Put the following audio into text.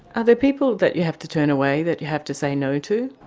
are there people that you have to turn away, that you have to say no to?